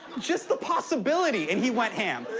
just the possibility and he went ham.